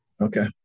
Okay